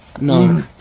No